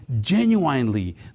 genuinely